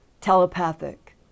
telepathic